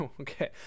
Okay